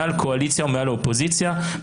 מעל הקואליציה ומעל האופוזיציה.